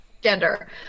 gender